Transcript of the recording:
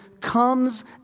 comes